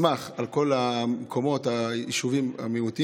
ושם מכבדים את הקבר ושומרים עליו.